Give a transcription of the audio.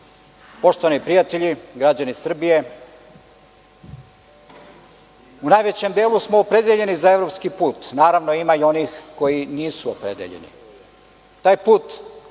Skupštine. Poštovani prijatelji, građani Srbije, u najvećem delu smo opredeljeni za evropski put. Naravno, ima i onih koji nisu opredeljeni. Taj put